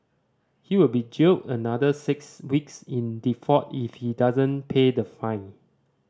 he will be jailed another six weeks in default if he doesn't pay the fine